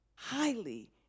Highly